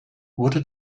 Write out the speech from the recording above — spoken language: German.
wurde